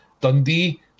Dundee